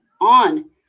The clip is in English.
on